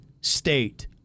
state